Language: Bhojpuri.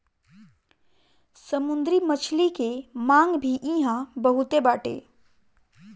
समुंदरी मछली के मांग भी इहां बहुते बाटे